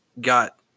got